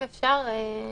אם אפשר,